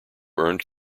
earned